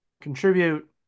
contribute